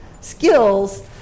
skills